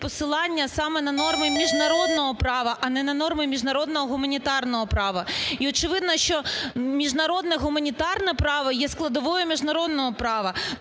посилання саме на норми міжнародного права, а не на норми міжнародного гуманітарного права. І очевидно, що міжнародне гуманітарне право є складовою міжнародного права.